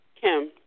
Kim